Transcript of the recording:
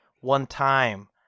one-time